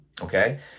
okay